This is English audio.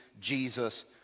Jesus